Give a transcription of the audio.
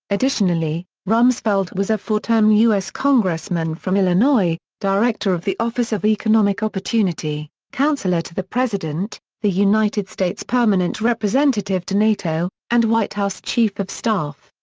additionally, rumsfeld was a four-term u s. congressman from illinois, director of the office of economic opportunity, counsellor to the president, the united states permanent representative to nato, and white house chief of staff.